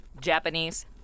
Japanese